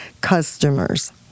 customers